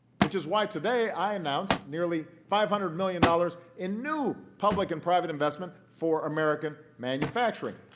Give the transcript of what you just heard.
which is why, today, i announced nearly five hundred million dollars in new public and private investment for american manufacturing.